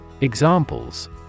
Examples